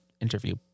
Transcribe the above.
interview